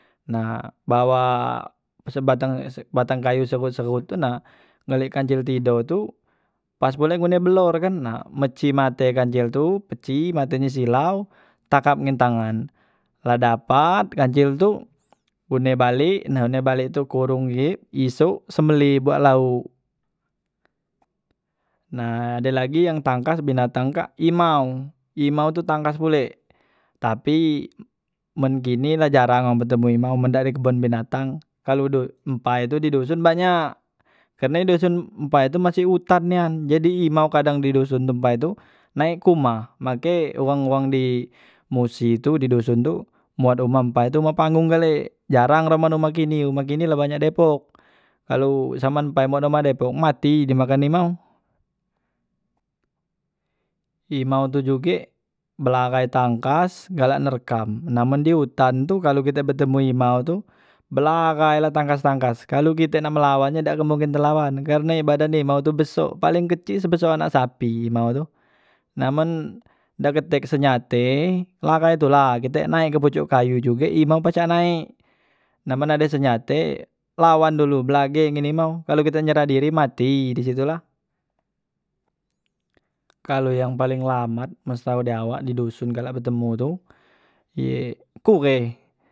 Nah bawa sebatang sebatang kayu serut serut, tu na ngeliet kancil tidok tu pas ngune ngune belor kan nah meci mate kancil tu, peci matenye silau tangkap ngan tangan, la dapat kancil tu unde balek nah unde balek tu kurungi isok sembele buat lauk. Nah ada lagi yang tangkas binatang kak imau, imau tu tangkas pule tapi men kini la jarang wong betemu imau men dak di kebon binatang kalo du empai di doson tu banyak, kerne doson empai tu masih utan nian jadi imau kadang di doson empai tu naik kumah, make wong wong di musi tu di doson tu muat umah empai tu umah panggung gale, jarang rumah rumah kini umah kini la banyak depok, kalo zaman empai umah umah depok mati dimakan imau, imau tu juge belahai tangkas galak nerkam, na men di utan tu kalu kite betemu imau tu belahai la tangkas tangkas kalu kite nak melawan nye dak ke mungkin telawan karne badan imau tu beso paling kecik sebesak anak sapi imau tu, na men dak ketek senyate lahai tu la kite naik ke pucok kayu juge imau pacak naek, na men ade senjate lawan dulu belage ngen imau, kalo kite nyerah diri mati disitulah. Kalo yang paling lamat meslau di awak di doson galak betemu tu ye kure.